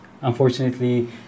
unfortunately